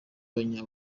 abanya